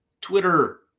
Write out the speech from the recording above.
Twitter